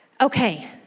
Okay